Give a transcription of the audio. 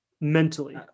mentally